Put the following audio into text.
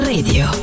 Radio